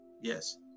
Yes